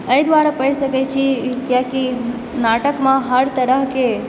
एहि दुआरे पढि सकैत छी किआकि नाटकमे हर तरहकेँ